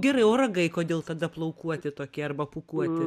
gerai o ragai kodėl tada plaukuoti tokie arba pūkuoti